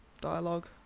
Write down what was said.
dialogue